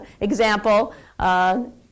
example